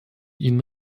ihnen